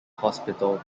hospital